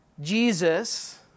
Jesus